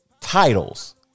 titles